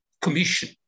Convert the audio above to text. Commission